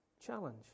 challenge